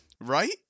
Right